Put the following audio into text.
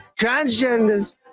transgenders